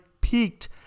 peaked